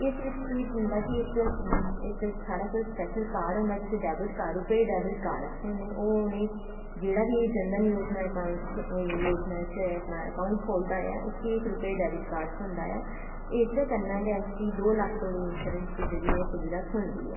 इस बिच्च केह् होंदा कि इक साढ़े कोल सपैशल कार्ड़ होंदा जिसी debit card RuPay debit card आक्खने होन्ने ओह् उनें जेह्ड़ा बी जन धन योजना च अपना अकाऊंट खोलदा ऐ उसी इक रूपे डैबिट कार्ड़ थ्होंदा ऐ इसदै कन्नै गै उसी दो लक्ख धोड़ी इंशोरैंस दी जेह्ड़ी ऐ सुविधा थ्होंदी ऐ